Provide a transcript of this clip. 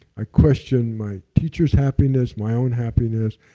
i questioned my teacher's happiness, my own happiness.